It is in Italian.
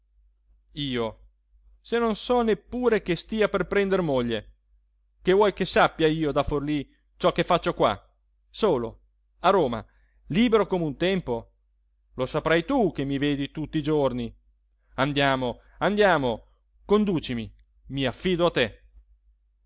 io se non so neppure che stia per prender moglie che vuoi che sappia io da forlí ciò che faccio qua solo a roma libero come un tempo lo saprai tu che mi vedi tutti i giorni andiamo andiamo conducimi mi affido a te